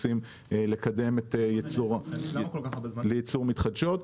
רוצים לקדם את ייצור האנרגיות המתחדשות.